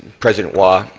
president wah,